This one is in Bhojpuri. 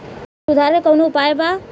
सुधार के कौनोउपाय वा?